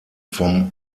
vom